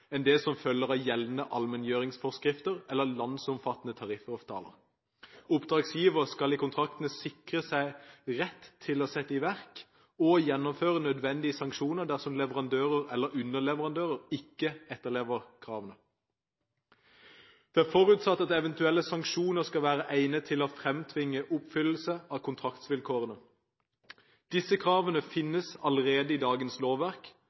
enn det som følger av gjeldende allmenngjøringsforskrifter eller landsomfattende tariffavtaler. Oppdragsgivere skal i kontraktene sikre seg rett til å sette i verk og gjennomføre nødvendige sanksjoner dersom leverandører eller underleverandører ikke etterlever kravene. Det er forutsatt at eventuelle sanksjoner skal være egnet til å fremtvinge oppfyllelse av kontraktsvilkårene. Disse kravene finnes allerede i dagens lovverk,